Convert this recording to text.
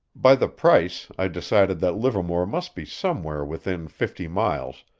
by the price i decided that livermore must be somewhere within fifty miles,